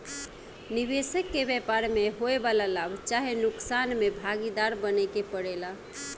निबेसक के व्यापार में होए वाला लाभ चाहे नुकसान में भागीदार बने के परेला